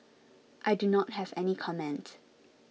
I do not have any comment